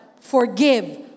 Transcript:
forgive